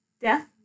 death